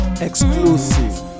exclusive